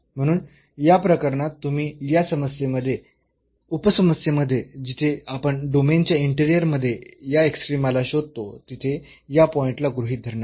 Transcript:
म्हणून या प्रकरणात तुम्ही या उपसमस्येमध्ये जिथे आपण डोमेनच्या इंटेरिअर मध्ये या एक्स्ट्रीमाला शोधतो तिथे या पॉईंटला गृहीत धरणार नाही